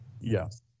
Yes